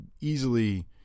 easily